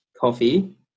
coffee